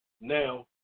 Now